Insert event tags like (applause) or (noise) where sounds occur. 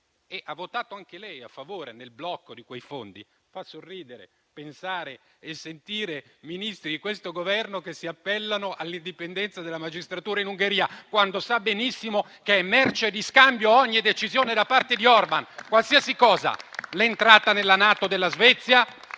e ha votato anche lei a favore del blocco di quei fondi, fa sorridere pensare e sentire Ministri di questo Governo che si appellano all'indipendenza della magistratura in Ungheria, quando sa benissimo che è merce di scambio ogni decisione da parte di Orban. (applause) Qualsiasi cosa: l'entrata nella NATO della Svezia